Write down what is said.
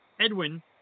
Edwin